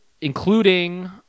including